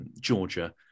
georgia